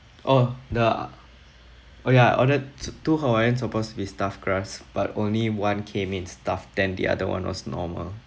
oh the oh ya I ordered two hawaiian supposed to be stuffed crust but only one came in stuffed then the other one was normal